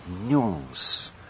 nuance